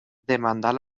demandar